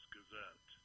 Gazette